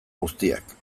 guztiak